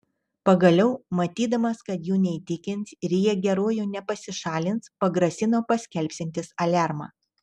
pagaliau matydamas kad jų neįtikins ir jie geruoju nepasišalins pagrasino paskelbsiantis aliarmą